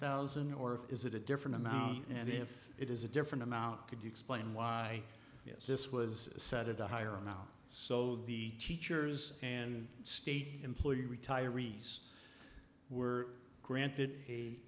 thousand or is it a different amount and if it is a different amount could you explain why this was set at a higher now so the teachers and state employee retirees were granted a